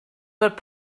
fod